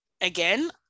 again